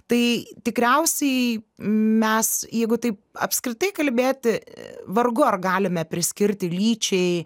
tai tikriausiai mes jeigu taip apskritai kalbėti vargu ar galime priskirti lyčiai